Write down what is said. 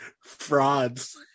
frauds